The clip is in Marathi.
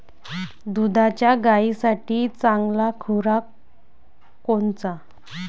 दुधाच्या गायीसाठी चांगला खुराक कोनचा?